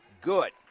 good